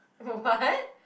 what